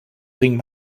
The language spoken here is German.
bringen